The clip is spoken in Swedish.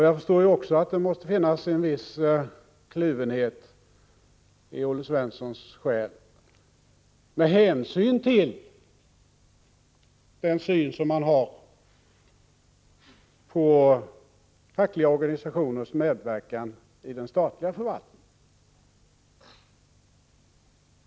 Jag förstår också att det måste finnas en viss kluvenhet i Olle Svenssons själ med tanke på den syn han har på fackliga organisationers medverkan i den statliga förvaltningen.